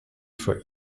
for